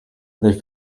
they